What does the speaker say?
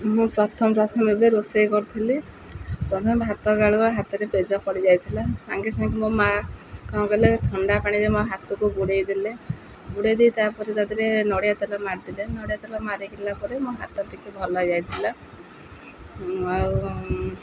ମୁଁ ପ୍ରଥମ ପ୍ରଥମେ ଯେବେ ରୋଷେଇ କରୁଥିଲି ଭାତ ଗାଳିବା ହାତରେ ପେଜ ପଡ଼ିଯାଇଥିଲା ସାଙ୍ଗେ ସାଙ୍ଗେ ମୋ ମାଆ କ'ଣ କଲେ ଥଣ୍ଡା ପାଣିରେ ମୋ ହାତକୁ ବୁଡ଼େଇ ଦେଲେ ବୁଡ଼େଇ ଦେଇ ତାପରେ ତା ଦେହରେ ନଡ଼ିଆ ତେଲ ମାରିଦେଲେ ନଡ଼ିଆ ତେଲ ମାରିଦେଲା ପରେ ମୋ ହାତ ଟିକେ ଭଲ ହୋଇଯାଇଥିଲା ଆଉ